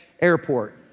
airport